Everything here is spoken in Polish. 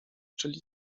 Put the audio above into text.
czyli